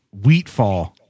Wheatfall